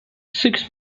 six